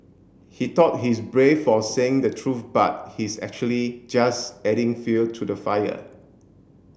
he thought he's brave for saying the truth but he's actually just adding fuel to the fire